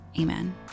Amen